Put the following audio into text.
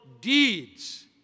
deeds